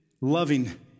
loving